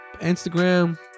Instagram